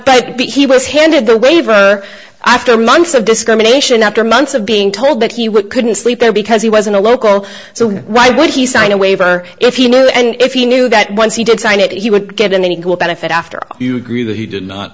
but he was handed the waiver after months of discrimination after months of being told that he would couldn't sleep there because he was in a local so why would he sign a waiver if he knew and if he knew that once he did sign it he would get an equal benefit after you agree that he did not